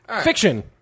Fiction